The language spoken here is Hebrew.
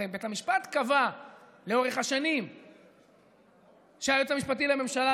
הרי בית המשפט קבע לאורך השנים שהיועץ המשפטי לממשלה,